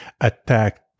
attacked